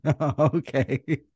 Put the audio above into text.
Okay